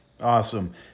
Awesome